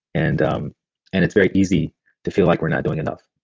and um and it's very easy to feel like we're not doing enough.